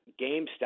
GameStop